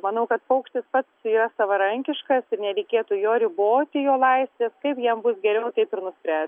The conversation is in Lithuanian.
manau kad paukštis pats yra savarankiškas ir nereikėtų jo riboti jo laisvės kaip jam bus geriau taip ir nuspręs